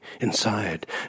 inside